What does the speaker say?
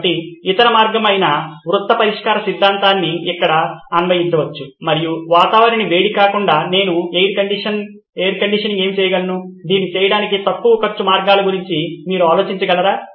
కాబట్టి ఇతర మార్గం అయిన వృత్త పరిష్కార సిద్ధంతాన్ని ఇక్కడ అన్వయించవచ్చు మరియు వాతావరణాన్ని వేడి కాకుండా నేను ఎయిర్ కండిషనింగ్ ఏమి చేయగలను దీన్ని చేయడానికి తక్కువ ఖర్చు మార్గాల గురించి మీరు ఆలోచించగలరా